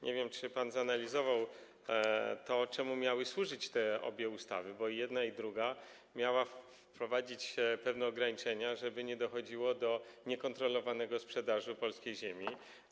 Nie wiem, czy pan zanalizował to, czemu miały służyć obie ustawy, bo i jedna, i druga miała wprowadzić pewne ograniczenia, żeby nie dochodziło do niekontrolowanej sprzedaży polskiej ziemi.